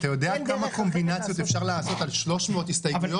אתה יודע כמה קומבינציות אפשר לעשות על 300 הסתייגויות?